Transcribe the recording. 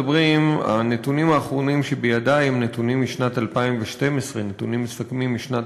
הנתונים האחרונים שבידי הם נתונים מסכמים משנת